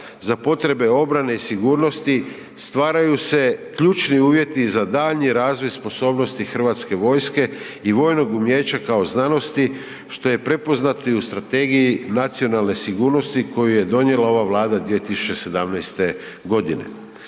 za potrebe obrane i sigurnosti, stvaraju se ključni uvjeti za daljnji razvoj sposobnosti Hrvatske vojske i vojnog umijeća kao znanosti, što je prepoznato i u Strategiji nacionalne sigurnosti koju je donijela ova Vlada 2017. g.